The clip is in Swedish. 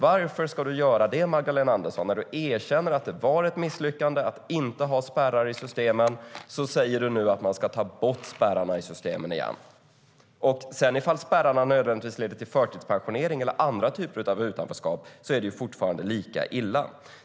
Varför ska du göra det, Magdalena Andersson, när du erkänner att det var ett misslyckande att inte ha spärrar i systemen? Nu säger du att man ska ta bort spärrarna i systemen igen. Ifall spärrarna sedan med nödvändighet leder till förtidspensionering eller andra typer av utanförskap är det fortfarande lika illa.